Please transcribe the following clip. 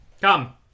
Come